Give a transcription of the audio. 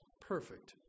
perfect